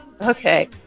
Okay